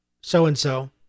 so-and-so